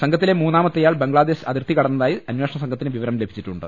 സംഘത്തിലെ മൂന്നാമത്തെയാൾ ബംഗ്ലാദ്ദേശ് അതിർത്തി കടന്നതായി അനേഷണസംഘത്തിന് വിവരം ലഭിച്ചിട്ടുണ്ട്